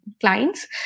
clients